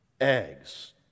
eggs